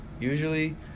usually